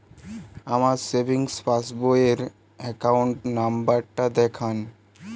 আমার savings passbook র account number টা দেখান?